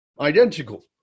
identical